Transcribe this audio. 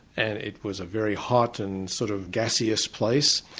and it was a very hot and sort of gaseous place,